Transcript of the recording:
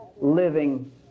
living